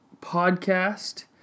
podcast